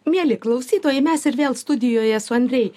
mieli klausytojai mes ir vėl studijoje su andrei